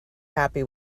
happy